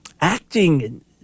acting